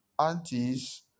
aunties